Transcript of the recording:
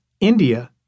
India